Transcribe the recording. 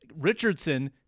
Richardson